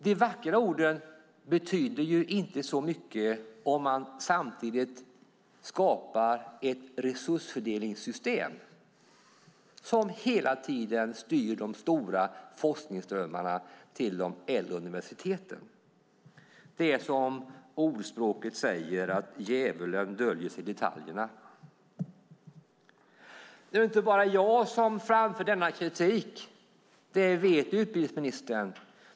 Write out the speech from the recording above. De vackra orden betyder inte så mycket om man samtidigt skapar ett resursfördelningssystem som hela tiden styr de stora forskningsströmmarna till de äldre universiteten. Som ordspråket säger: Djävulen döljer sig i detaljerna. Det är inte bara jag som för fram denna kritik; det vet utbildningsministern.